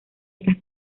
estas